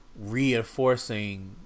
reinforcing